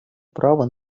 права